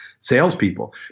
salespeople